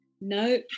No